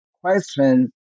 question